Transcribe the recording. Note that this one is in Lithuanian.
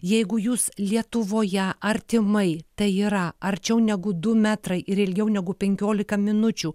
jeigu jūs lietuvoje artimai tai yra arčiau negu du metrai ir ilgiau negu penkiolika minučių